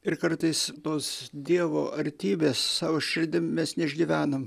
ir kartais tos dievo artybės savo širdim mes neišgyvenam